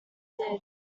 did